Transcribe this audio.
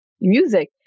Music